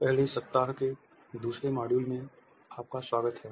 पहले सप्ताह के दूसरे मॉड्यूल में आपका स्वागत है